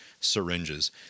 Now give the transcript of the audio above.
syringes